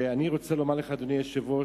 ואני רוצה לומר לך, אדוני היושב-ראש,